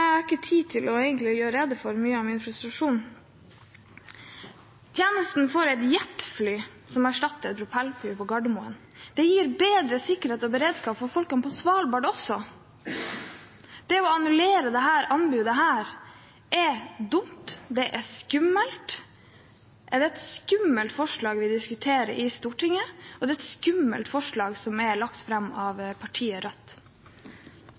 egentlig ikke tid til å gjøre rede for mye av min frustrasjon. Tjenesten får et jetfly som erstatter et propellfly på Gardermoen. Det gir bedre sikkerhet og beredskap for folk på Svalbard også. Å annullere dette anbudet er dumt og skummelt. Det er et skummelt forslag vi diskuterer i Stortinget, og det er et skummelt forslag som er lagt fram av